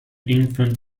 infant